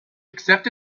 except